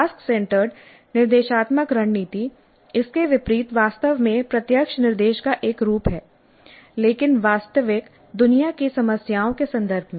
task centred निर्देशात्मक रणनीति इसके विपरीत वास्तव में प्रत्यक्ष निर्देश का एक रूप है लेकिन वास्तविक दुनिया की समस्याओं के संदर्भ में